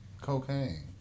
cocaine